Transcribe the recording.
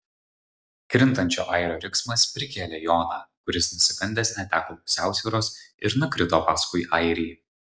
krintančio airio riksmas prikėlė joną kuris nusigandęs neteko pusiausvyros ir nukrito paskui airį